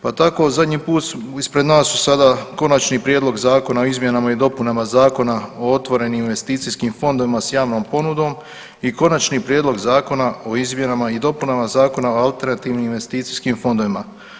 Pa tako zadnji put ispred nas su sada Konačni prijedlog Zakona o izmjenama i dopunama Zakona o otvorenim investicijskim fondovima s javnom ponudom i Konačni prijedlog Zakona o izmjenama i dopunama Zakona o alternativnim investicijskim fondovima.